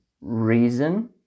reason